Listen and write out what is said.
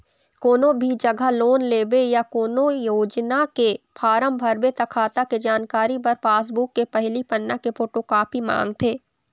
कोनो भी जघा लोन लेबे या कोनो योजना के फारम भरबे त खाता के जानकारी बर पासबूक के पहिली पन्ना के फोटोकापी मांगथे